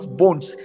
bones